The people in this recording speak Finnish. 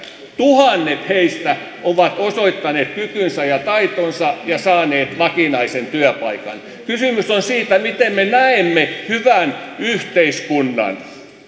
tuhannet ovat osoittaneet kykynsä ja taitonsa ja saaneet vakinaisen työpaikan kysymys on siitä miten me näemme hyvän yhteiskunnan